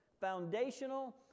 foundational